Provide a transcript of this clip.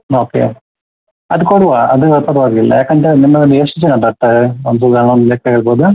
okay ಅದು ಕೊಡುವ ಅದು ಪರವಾಗಿಲ್ಲ ಯಾಕಂತೇಳಿದ್ರೆ ನಿಮ್ಮದರಲ್ಲಿ ಎಷ್ಟು ಜನ ಬರ್ತಾರೆ ಒಂದು ಸಾಧಾರಣ ಒಂದು ಲೆಕ್ಕ ಹೇಳ್ಬೋದಾ